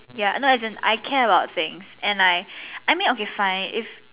ya no as in I care about thing and I I mean okay fine I it's